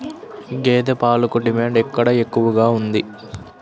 గేదె పాలకు డిమాండ్ ఎక్కడ ఎక్కువగా ఉంది?